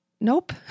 nope